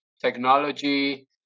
Technology